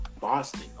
Boston